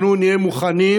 אנחנו נהיה מוכנים,